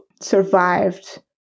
survived